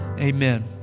amen